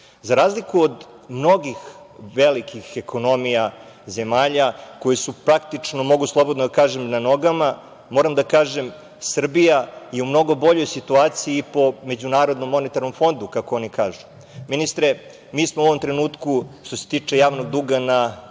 Za razliku od mnogih velikih ekonomija zemalja koje su praktično, mogu slobodno da kažem, na nogama moram da kažem da je Srbija u mnogo boljoj situaciji i po MMF, kako oni kažu. Ministre, mi smo u ovom trenutku što se tiče javnog duga na